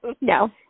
No